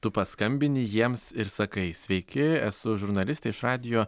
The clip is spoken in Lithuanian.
tu paskambini jiems ir sakai sveiki esu žurnalistė iš radijo